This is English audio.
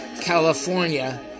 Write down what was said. California